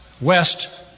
west